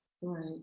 Right